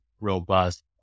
robust